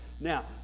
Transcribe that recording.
Now